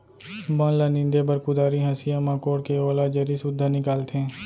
बन ल नींदे बर कुदारी, हँसिया म कोड़के ओला जरी सुद्धा निकालथें